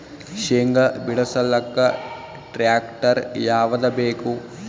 ಶೇಂಗಾ ಬಿಡಸಲಕ್ಕ ಟ್ಟ್ರ್ಯಾಕ್ಟರ್ ಯಾವದ ಬೇಕು?